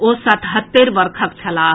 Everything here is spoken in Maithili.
ओ सतहत्तरि वर्षक छलाह